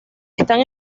están